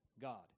God